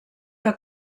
que